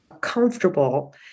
comfortable